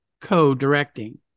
co-directing